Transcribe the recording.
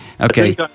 okay